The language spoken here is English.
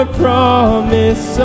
promise